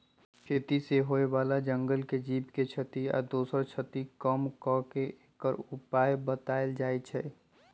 खेती से होय बला जंगल के जीव के क्षति आ दोसर क्षति कम क के एकर उपाय् बतायल जाइ छै